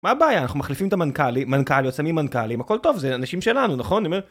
מה הבעיה? אנחנו מחליפים את המנכ"ליות, שמים מנכ"לים, הכל טוב, זה אנשים שלנו, נכון? אני אומר...